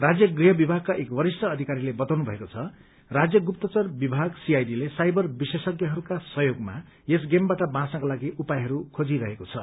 राज्य गृह विभागका एक वरिष्ट अधिकारीले बताउनुभएको छ कि राज्य गुत्तचार विभाग सीआईडी एवं साइबर विशेषज्ञहरूको सहयोगले यस गेमबाट बाँच्नका लागि उपायहरू खोजिरहेको छ